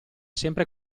sempre